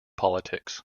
politics